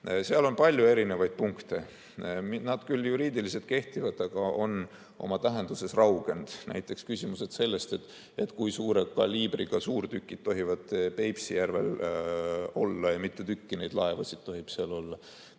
Seal on palju erinevaid punkte. Osa küll juriidiliselt kehtivad, aga on oma tähenduses raugenud, näiteks küsimused, kui suure kaliibriga suurtükid tohivad Peipsi järvel olla ja mitu tükki neid laevasid tohib olla,